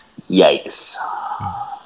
Yikes